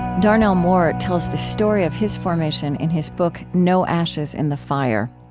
darnell moore tells the story of his formation in his book, no ashes in the fire.